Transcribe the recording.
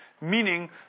Meaning